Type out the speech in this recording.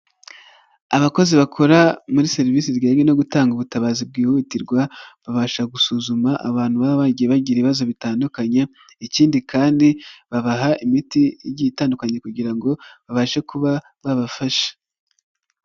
Abakozi bakora muri serivisi zijyanye no gutanga ubutabazi bwihutirwa, babasha gusuzuma abantu baba bagiye bagira ibibazo bitandukanye, ikindi kandi babaha imiti igiye itandukanye kugira ngo babashe kuba babafasha.